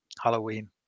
Halloween